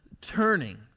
turning